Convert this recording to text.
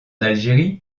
algérie